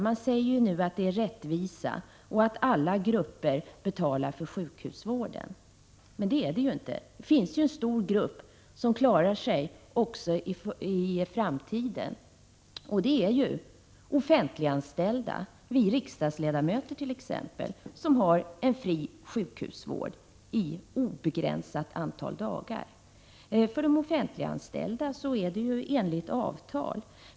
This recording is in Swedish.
Man säger nu att det är rättvisa och att alla grupper betalar för sjukhusvården, men så är det inte. Det finns en stor grupp som klarar sig också i framtiden. Det är de offentliganställda — vi riksdagsledamöter t.ex. — som har en fri sjukhusvård under ett obegränsat antal dagar. De offentliganställda har den rätten enligt avtal.